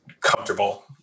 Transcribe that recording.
comfortable